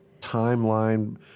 timeline